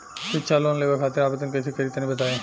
शिक्षा लोन लेवे खातिर आवेदन कइसे करि तनि बताई?